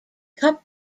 cup